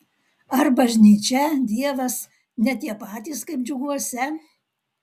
ar bažnyčia dievas ne tie patys kaip džiuguose